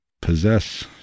possess